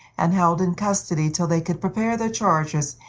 and held in custody till they could prepare their charges,